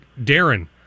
Darren